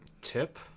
tip